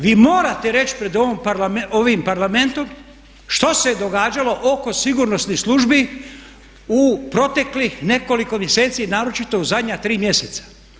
Vi morate reći pred ovim Parlamentom što se je događalo oko sigurnosnih službi u proteklih nekoliko mjeseci, naročito u zadnja 3 mjeseca.